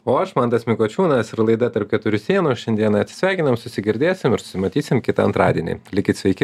o aš mantas mikučiūnas ir laida tarp keturių sienų šiandieną atsisveikinam susigirdėsi matysim kitą antradienį likit sveiki